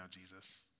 Jesus